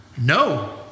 No